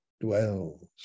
dwells